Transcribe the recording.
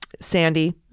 Sandy